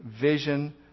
vision